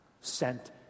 sent